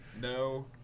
No